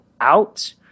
out